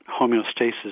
homeostasis